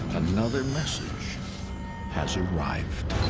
another message has arrived.